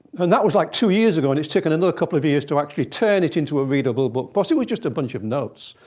and that was like two years ago. and it's taken another couple of years to actually turn it into a readable but book. it was just a bunch of notes.